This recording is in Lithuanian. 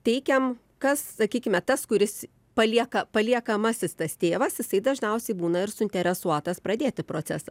teikiam kas sakykime tas kuris palieka paliekamasis tas tėvas jisai dažniausiai būna ir suinteresuotas pradėti procesą